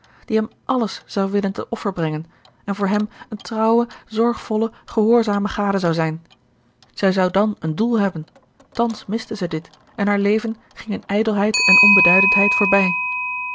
die hem alles zou willen ten offer brengen en voor hem eene trouwe zorgvolle gehoorzame gade zou zijn zij zou dan een doel hebben thans miste zij dit en haar leven ging in ijdelheid en onbeduidendheid voorbij